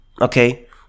Okay